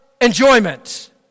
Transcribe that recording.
enjoyment